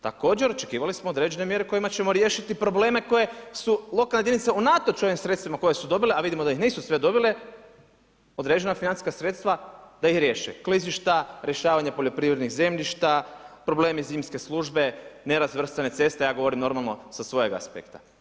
Također, očekivalo smo određene mjere kojima ćemo riješiti probleme koje su lokalne jedinice unatoč ovim sredstvima koja su dobile a vidimo da ih nisu sve dobile, određena financijska sredstva da ih riješi, klizišta, rješavanje poljoprivrednih zemljišta, problemi zimske službe, nerazvrstane ceste, ja govorim normalno sa svojega aspekta.